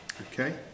Okay